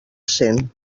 cent